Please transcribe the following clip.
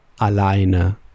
alleine